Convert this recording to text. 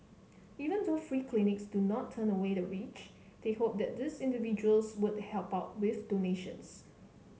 even though free clinics do not turn away the rich they hope that these individuals would help out with donations